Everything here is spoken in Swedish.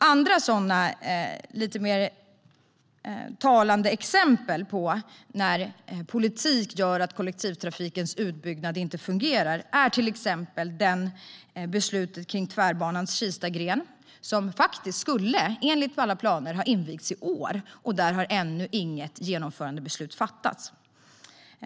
Ett annat, mer talande, exempel på när politik gör så att kollektivtrafikens utbyggnad inte fungerar är beslutet om Tvärbanans Kistagren. Den skulle enligt alla planer ha invigts i år. Ännu har inget genomförandebeslut fattats.